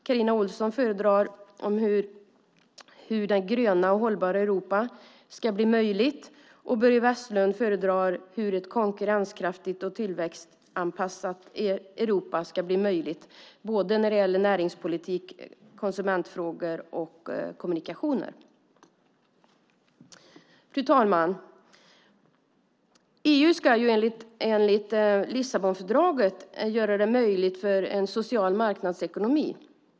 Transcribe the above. Carina Ohlsson kommer sedan att tala om hur det gröna hållbara Europa ska bli möjligt, och Börje Vestlund avslutar med hur vi får ett konkurrenskraftigt och tillväxtanpassat Europa när det gäller näringspolitik, konsumentfrågor och kommunikationer. Fru talman! EU ska enligt Lissabonfördraget verka för en social marknadsekonomi.